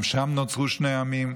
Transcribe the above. גם שם נוצרו שני עמים,